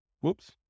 Whoops